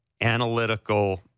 analytical